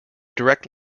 direct